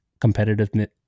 competitiveness